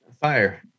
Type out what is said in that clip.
Fire